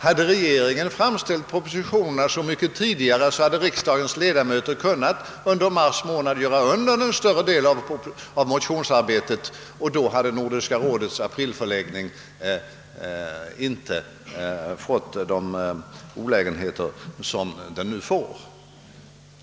Hade regeringen framlagt dem så mycket tidigare, hade riksdagens ledamöter under mars månad kunnat göra undan en större del av motionsarbetet, och därmed hade Nordiska rådets aprilsession inte fått de olägenheter som den nu får.